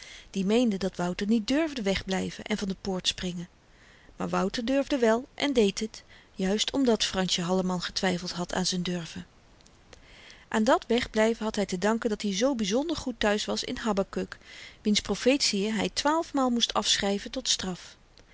die meende dat wouter niet durfde wegblyven en van de poort springen maar wouter durfde wèl en deed het juist omdat fransje halleman getwyfeld had aan z'n durven aan dat wegblyven had hy te danken dat-i zoo byzonder goed thuis was in habakuk wiens profetiën hy twaalfmaal moest afschryven tot straf